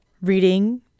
reading